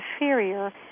inferior